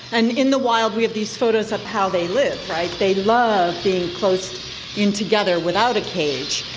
and in the wild we have these photos of how they live. they love being close in together without a cage.